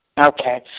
Okay